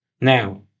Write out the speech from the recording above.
Now